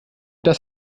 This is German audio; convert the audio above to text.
das